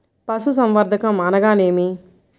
పశుసంవర్ధకం అనగా ఏమి?